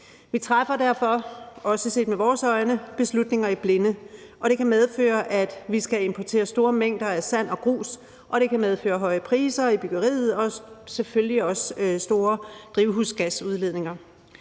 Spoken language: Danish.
vores øjne, beslutninger i blinde. Det kan medføre, at vi skal importere store mængder af sand og grus. Det kan medføre høje priser i byggeriet og selvfølgelig også store drivhusgasudledninger.